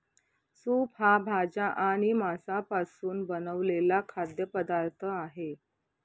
soup हा भाज्या आणि मांसापासून बनवलेला खाद्य पदार्थ आहे